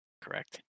correct